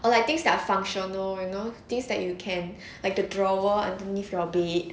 or like things that are functional you know things that you can like the drawer underneath your bed